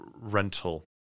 rental